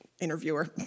interviewer